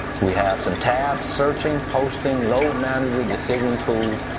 we have some tabs. searching, posting, load manager, decision tools,